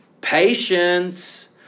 patience